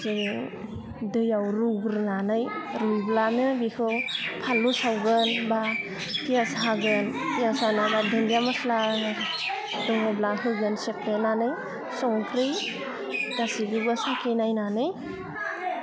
जोङो दैयाव रुग्रोनानै रुइब्लानो बेखौ फानलु सावगोन बा पिसाय हागोन पियास हाना बा दुन्दिया मस्ला दङब्ला होगोन सेफ्लेनानै संख्रि गासिखौबो साखिनायनानै